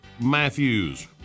Matthews